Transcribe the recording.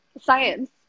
Science